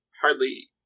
hardly